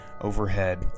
overhead